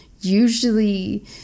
usually